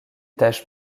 tache